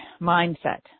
mindset